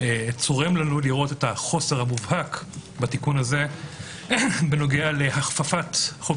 צורם לנו לראות את החוסר המובהק בתיקון הזה בנוגע להכפפת חוק